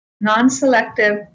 non-selective